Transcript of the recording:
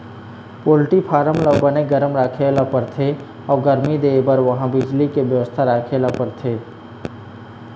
poultry farm ल बने गरम राखे ल परथे अउ गरमी देबर उहां बिजली के बेवस्था राखे ल परथे